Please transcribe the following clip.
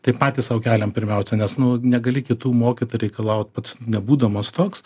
taip patys sau keliame pirmiausia nes nu negali kitų mokyt reikalaut pats nebūdamas toks